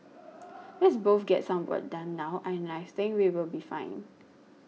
let's both get some work done now and I think we will be fine